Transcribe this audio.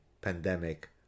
pandemic